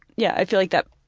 yeah, i feel like that,